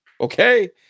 Okay